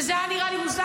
וזה היה נראה לי מוזר,